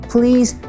Please